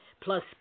plus